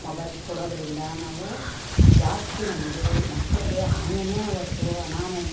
mobile ಕೊಡೋದರಿಂದ ನಾವು ಜಾಸ್ತಿ ನಮಗೆ ಮಕ್ಕಳಿಗೆ ಹಾನಿಯೇ ಹೊರತು ಅನಾನು